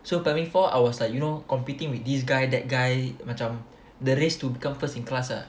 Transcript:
so primary four I was like you know competing with this guy that guy macam the race to become first in class ah